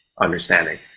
understanding